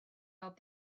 out